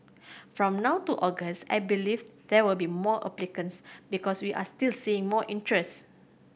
from now to August I believe there will be more applicants because we are still seeing more interest